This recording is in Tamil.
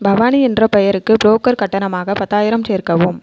பவானி என்ற பெயருக்கு புரோக்கர் கட்டணமாக பத்தாயிரம் சேர்க்கவும்